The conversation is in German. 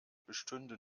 bestünde